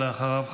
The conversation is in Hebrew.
ואחריו,